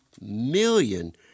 million